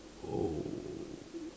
oh